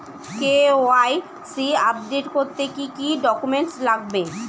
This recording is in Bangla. কে.ওয়াই.সি আপডেট করতে কি কি ডকুমেন্টস লাগবে?